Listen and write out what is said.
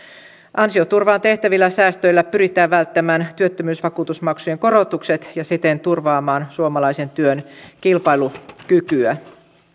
ansioturvaan tehtävillä säästöillä pyritään välttämään työttömyysvakuutusmaksujen korotukset ja siten turvaamaan suomalaisen työn kilpailukykyä